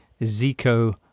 Zico